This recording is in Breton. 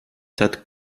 tad